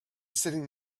sitting